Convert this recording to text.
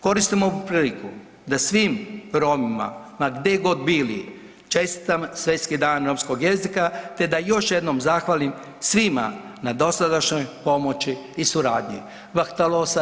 Koristim ovu priliku da svim Romima, ma gde god bili čestitam Svjetski dan romskog jezika te da još jednom zahvalim svima na dosadašnjoj pomoći i suradnji. ... Hvala.